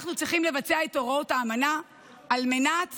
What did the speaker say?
אנחנו צריכים לבצע את הוראות האמנה על מנת